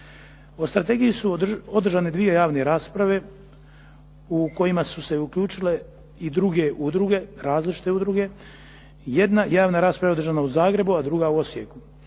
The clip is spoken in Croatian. O strategiji su održane dvije javne rasprave u kojima su se uključile i druge udruge, različite udruge. Jedna javna rasprava je održana u Zagrebu, a druga u Osijeku.